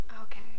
Okay